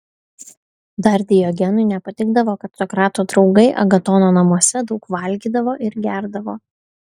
dar diogenui nepatikdavo kad sokrato draugai agatono namuose daug valgydavo ir gerdavo